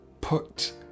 Put